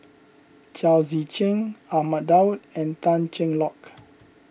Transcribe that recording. Chao Tzee Cheng Ahmad Daud and Tan Cheng Lock